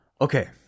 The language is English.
Okay